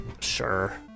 Sure